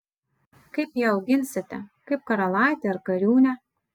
kaip ją auginsite kaip karalaitę ar kariūnę